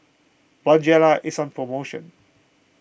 Bonjela is on promotion